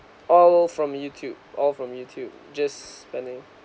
all from youtube all from youtube just spending